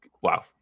wow